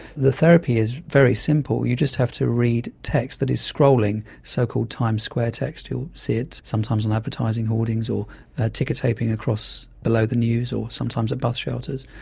the therapy is very simple, you just have to read text that is scrolling, so-called times square text, you'll see it sometimes on advertising hoardings or tickertaping across below the news or sometimes at bus shelters.